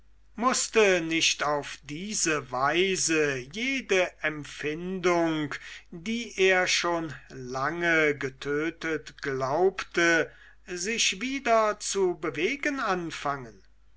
mußte nicht auf diese weise jede empfindung die er schon lange getötet glaubte sich wieder zu bewegen anfangen